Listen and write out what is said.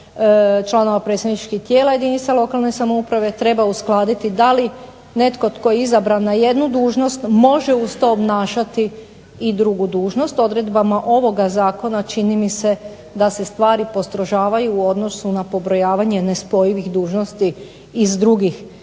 članova predstavničkih tijela jedinica lokalne samouprave treba uskladiti da li netko tko je izabran na jednu dužnost može uz to obnašati i drugu dužnost. Odredbama ovoga zakona čini mi se da se stvari postrožavaju u odnosu na pobrojavanje nespojivih dužnosti iz drugih